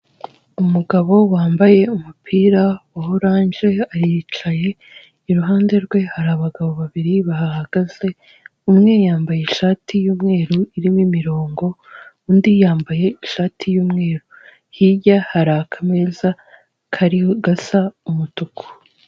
Umugabo wambaye umupira wa orange aricaye. Iruhande rwe hari abagabo babiri bahahagaze. Umwe yambaye ishati y'umweru irimo imirongo, Undi yambaye ishati y'umweru. Hirya hari akameza kariho gasa umutuku.